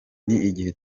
n’igihe